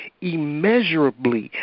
immeasurably